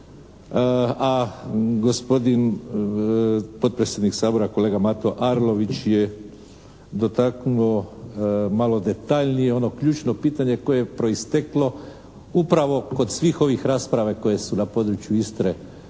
a gospodin potpredsjednik Sabora kolega Mato Arlović je dotaknuo malo detaljnije ono ključno pitanje koje je proisteklo upravo kod svih ovih rasprava koje su na području Istre vođene